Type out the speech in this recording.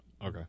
Okay